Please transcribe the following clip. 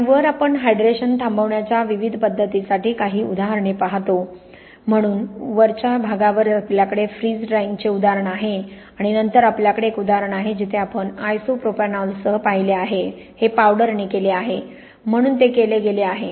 आणि वर आपण हायड्रेशन थांबवण्याच्या विविध पद्धतींसाठी काही उदाहरणे पाहतो म्हणून शीर्षस्थानी आपल्याकडे फ्रीझ ड्रायिंगचे उदाहरण आहे आणि नंतर आपल्याकडे एक उदाहरण आहे जिथे आपण आयसोप्रोपॅनॉलसह पाहिले आहे हे पावडरने केले आहे म्हणून ते केले गेले आहे